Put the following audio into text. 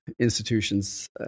institutions